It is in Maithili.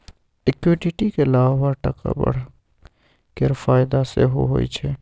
इक्विटी केँ लाभ आ टका बढ़ब केर फाएदा सेहो होइ छै